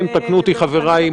אוקיי.